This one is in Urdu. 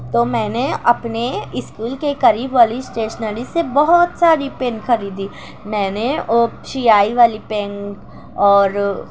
تو میں نے اپنے اسکول کے قریب والی اسٹیشنری سے بہت ساری پین خریدی میں نے سیاہی والی پین اور